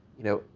you know,